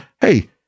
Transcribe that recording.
hey